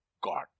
God